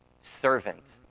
servant